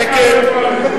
שקט.